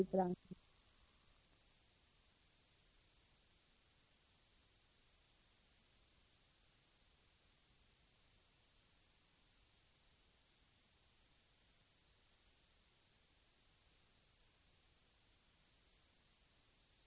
Till Jörn Svensson skulle jag vilja säga: Det är viktigt att debattera nya metoder. Att vi inte ställer oss bakom den reservation som ni har beror på utredningen. Men annars tycker vi att det är viktigt att diskutera nya metoder och därmed kanske också finna nya lösningar på problemet. Välkomna i debatten med synpunkter och idéer!